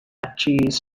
natchez